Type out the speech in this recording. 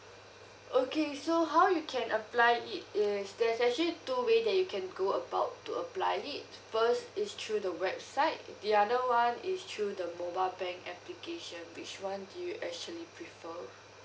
okay so how you can apply it is there's actually two way that you can go about to apply it first is through the website the other [one] is through the mobile bank application which [one] do you actually prefer